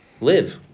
live